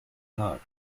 hart